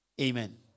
Amen